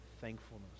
thankfulness